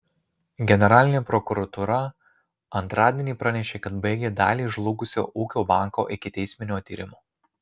generalinė prokuratūra antradienį pranešė kad baigė dalį žlugusio ūkio banko ikiteisminio tyrimo